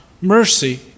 Mercy